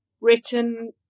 written